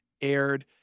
aired